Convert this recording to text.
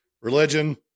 religion